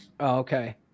okay